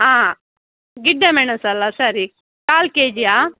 ಹಾಂ ಗಿಡ್ಡ ಮೆಣಸಲ್ಲ ಸರಿ ಕಾಲು ಕೆ ಜಿಯಾ